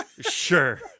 sure